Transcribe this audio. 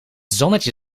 zonnetje